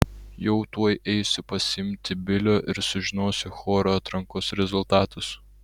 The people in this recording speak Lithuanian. jau tuoj eisiu pasiimti bilio ir sužinosiu choro atrankos rezultatus